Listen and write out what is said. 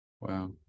wow